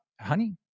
Honey